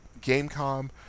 Gamecom